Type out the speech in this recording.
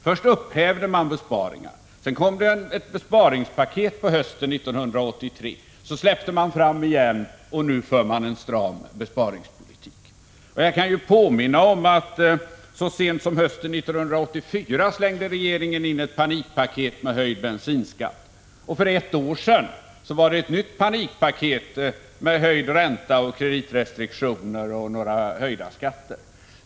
Först upphävde man besparingar, sedan kom det hösten 1983 ett besparingspaket. Så släpptes det igen, och nu för man en stram besparingspolitik. Jag kan också påminna om att regeringen så sent som hösten 1984 slängde fram ett panikpaket med en höjning av bensinskatten, och för ett år sedan kom ett nytt panikpaket med en höjning av räntan, kreditrestriktioner och höjning av vissa skatter.